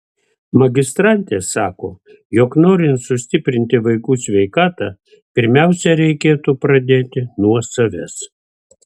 magistrantė sako jog norint sustiprinti vaikų sveikatą pirmiausia reikėtų pradėti nuo savęs